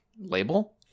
label